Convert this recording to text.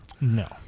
No